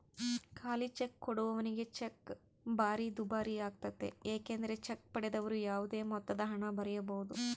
ಖಾಲಿಚೆಕ್ ಕೊಡುವವನಿಗೆ ಚೆಕ್ ಭಾರಿ ದುಬಾರಿಯಾಗ್ತತೆ ಏಕೆಂದರೆ ಚೆಕ್ ಪಡೆದವರು ಯಾವುದೇ ಮೊತ್ತದಹಣ ಬರೆಯಬೊದು